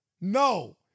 No